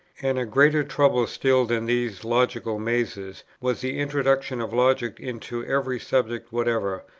and a greater trouble still than these logical mazes, was the introduction of logic into every subject whatever,